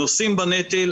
נושאים בנטל,